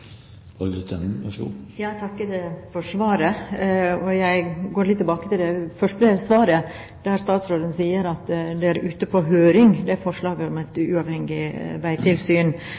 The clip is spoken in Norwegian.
Jeg takker for svaret. Jeg vil gå litt tilbake til det første svaret, der statsråden sier at forslaget om et uavhengig veitilsyn er ute på høring. Nå er det